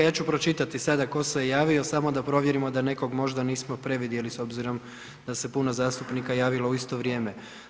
Ja ću pročitati sada ko se javio samo da provjerimo da nekog možda nismo previdjeli s obzirom da se puno zastupnika javilo u isto vrijeme.